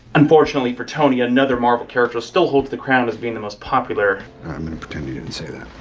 unfortunately for tony another marvel character still holds the crown as being the most popular. i'm gonna pretend you didn't say that.